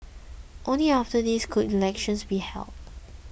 only after this could elections be held